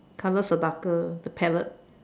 colours are darker the palette